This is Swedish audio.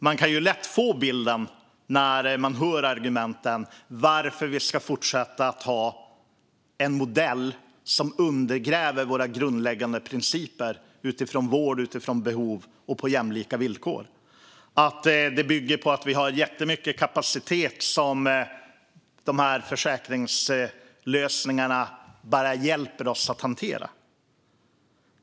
Man kan lätt få det intrycket när man hör argumenten för att fortsätta med en modell som undergräver de grundläggande principerna om vård efter behov och på jämlika villkor. Det stämmer inte att det finns jättemycket kapacitet som de där försäkringslösningarna bara hjälper oss att hantera.